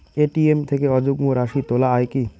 ATM থেকে অযুগ্ম রাশি তোলা য়ায় কি?